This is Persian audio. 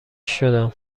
شدم